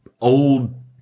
old